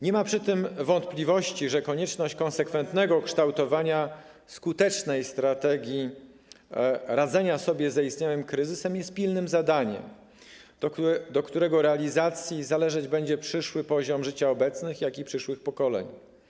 Nie ma przy tym wątpliwości, że konieczność konsekwentnego kształtowania skutecznej strategii radzenia sobie z zaistniałym kryzysem jest pilnym zadaniem, od którego realizacji zależeć będzie przyszły poziom życia zarówno obecnych, jak i przyszłych pokoleń.